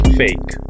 fake